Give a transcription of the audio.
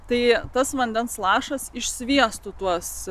tai tas vandens lašas išsviestų tuos